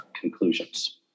conclusions